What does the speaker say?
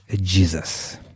Jesus